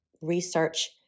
research